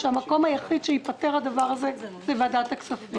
המקום היחיד שבו ייפתר הדבר היא ועדת הכספים.